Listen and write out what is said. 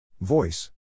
Voice